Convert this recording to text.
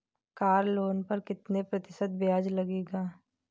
Car loan पर कितने प्रतिशत ब्याज लगेगा?